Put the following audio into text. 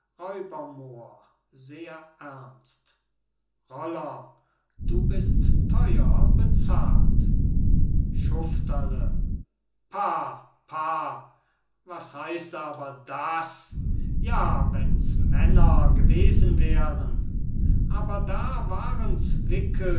räuber moor sehr ernst roller du bist theuer bezahlt schufterle pah pah was heißt aber das ja wenn's männer gewesen wären aber da warens